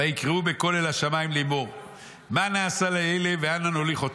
ויקראו בקול אל השמיים לאמור מה נעשה לאלה ואנה נוליך אותם.